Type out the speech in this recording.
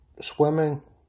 swimming